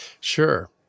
Sure